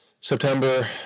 September